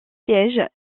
siège